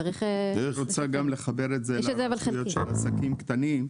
צריך לחבר את זה לרשויות של עסקים קטנים,